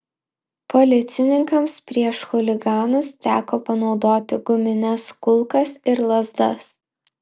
policininkams prieš chuliganus teko panaudoti gumines kulkas ir lazdas